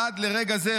עד לרגע זה,